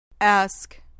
Ask